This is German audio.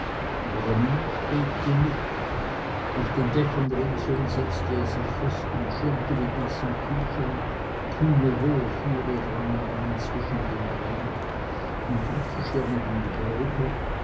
aber der mensch bebt nicht auf den dächern ringsum setzte er sich fest und schirmte sich mit nassen tüchern kühne rohrführer drangen ein zwischen den brand und die zu schirmenden gebäude